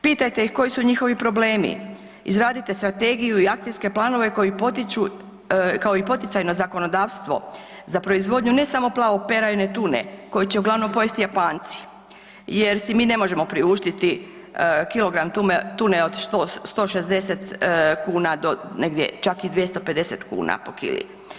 Pitajte ih koji su njihovi problemi, izradite strategiju i akcijske planove koji potiču, kao i poticajno zakonodavstvo za proizvodnju ne samo plavoperajne tune koje će uglavnom pojesti Japanci jer si mi ne možemo priuštiti kilogram tune od 160 kuna do negdje čak i 250 kuna po kili.